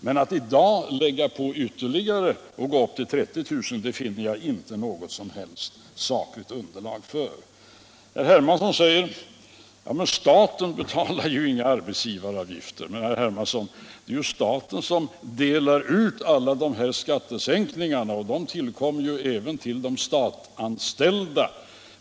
Men att i dag lägga på ytterligare och gå upp till 30 000 kr. finner jag inte något som helst sakligt underlag för. Herr Hermansson säger: Staten betalar ju inga arbetsgivaravgifter. Men, herr Hermansson, det är ju staten som delar ut alla dessa skattesänkningar, och de tillkommer även de statsanställda.